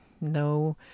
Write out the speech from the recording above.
No